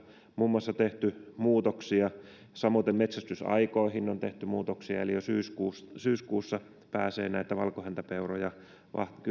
muun muassa tehty muutoksia samoiten metsästysaikoihin on tehty muutoksia jo syyskuussa pääsee näitä valkohäntäpeuroja